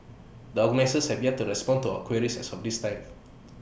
the organisers have yet to respond to our queries as of this time